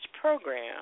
program